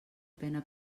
pena